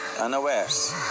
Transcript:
unawares